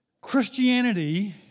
Christianity